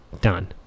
Done